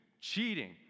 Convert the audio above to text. cheating